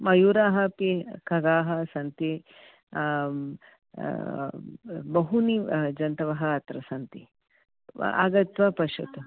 मयूराः अपि खगाः सन्ति बहूनि जन्तवः अत्र सन्ति आगत्वा पश्यतु